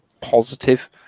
positive